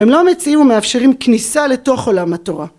‫הם לא מציעים ומאפשרים כניסה ‫לתוך עולם התורה.